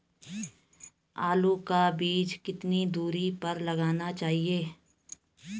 आलू का बीज कितनी दूरी पर लगाना चाहिए?